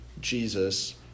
Jesus